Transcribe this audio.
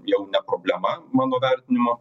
jau ne problema mano vertinimu